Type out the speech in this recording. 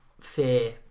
fear